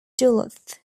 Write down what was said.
duluth